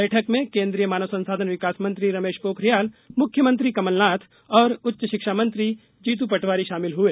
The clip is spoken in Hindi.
बैठक में केन्द्रीय मानव संसाधन विकास मंत्री रमेश पोखरियाल मुख्यमंत्री कमल नाथ और उच्च शिक्षा मंत्री जीतू पटवारी शामिल हुए